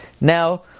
Now